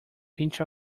pinch